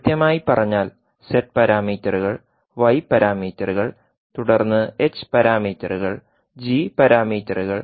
കൃത്യമായി പറഞ്ഞാൽ z പാരാമീറ്ററുകൾ y പാരാമീറ്ററുകൾ തുടർന്ന് h പാരാമീറ്ററുകൾ g പാരാമീറ്ററുകൾ